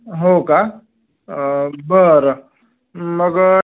हो का बरं मगं